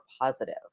positive